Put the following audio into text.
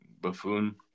buffoon